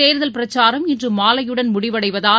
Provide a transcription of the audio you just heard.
தேர்தல் பிரச்சாரம் இன்று மாலையுடன் முடிவடைவதால்